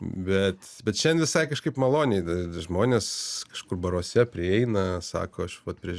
bet bet šiandien visai kažkaip maloniai žmonės kažkur baruose prieina sako aš vat prieš